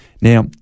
now